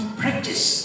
practice